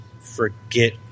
forget